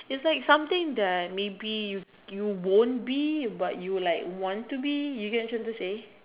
it's like something that maybe you you won't be but you like want to be you get what I'm trying to say